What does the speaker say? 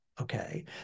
Okay